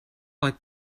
like